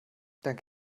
dank